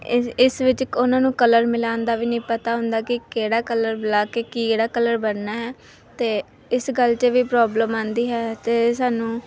ਇਸ ਇਸ ਵਿੱਚ ਉਹਨਾਂ ਨੂੰ ਕਲਰ ਮਿਲਾਉਣ ਦਾ ਵੀ ਨਹੀਂ ਪਤਾ ਹੁੰਦਾ ਕਿ ਕਿਹੜਾ ਕਲਰ ਮਿਲਾ ਕੇ ਕਿਹੜਾ ਕਲਰ ਬਣਨਾ ਹੈ ਅਤੇ ਇਸ ਗੱਲ 'ਤੇ ਵੀ ਪ੍ਰੋਬਲਮ ਆਉਂਦੀ ਹੈ ਅਤੇ ਸਾਨੂੰ